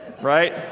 right